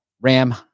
Ram